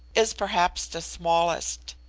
is perhaps the smallest.